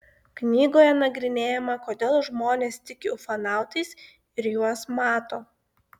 knygoje nagrinėjama kodėl žmonės tiki ufonautais ir juos mato